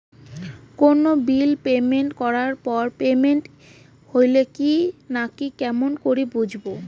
কোনো bill payment করার পর পেমেন্ট হইল কি নাই কেমন করি বুঝবো?